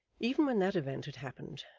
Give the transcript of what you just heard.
even when that event had happened,